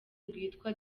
rwitwa